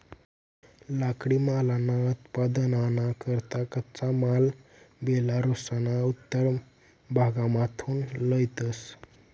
लाकडीमालना उत्पादनना करता कच्चा माल बेलारुसना उत्तर भागमाथून लयतंस